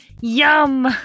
Yum